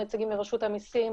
נציגים מרשות המסים,